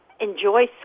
enjoy